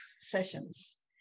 sessions